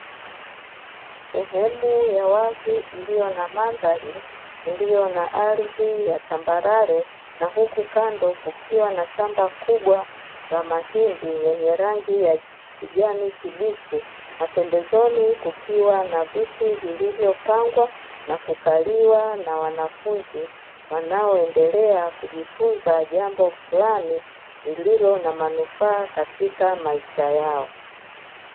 Sehemu ya wazi iliyo na mandhari, iliyo na ardhi ya tambarare na huku kando kukiwa na shamba kubwa la mahindi yenye rangi ya kijani kibichi, na pembezoni kukiwa na viti vilivyopangwa na kukaliwa na wanafunzi wanaoendelea kujifunza jambo fulani lililo na manufaa katika maisha yao.